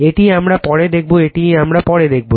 এটি আমরা পরে দেখব এটি আমরা পরে দেখব